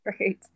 Right